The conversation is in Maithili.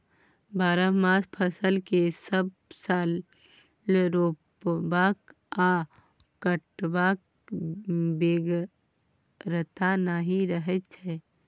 बरहमासा फसल केँ सब साल रोपबाक आ कटबाक बेगरता नहि रहै छै